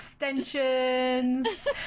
extensions